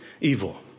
evil